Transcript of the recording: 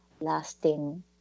lasting